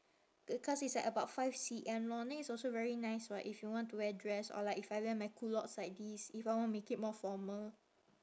because it's like about five C_M long then it's also very nice [what] if you want to wear dress or like if I wear my culottes like this if I want make it more formal